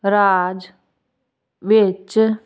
ਰਾਜ ਵਿੱਚ